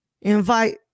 invite